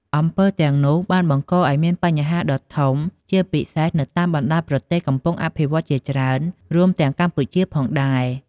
អំពើទាំងនោះបានបង្កឲ្យមានបញ្ហាដ៏ធំ ជាពិសេសនៅតាមបណ្ដាប្រទេសកំពុងអភិវឌ្ឍន៍ជាច្រើន រួមទាំងកម្ពុជាផងដែរ។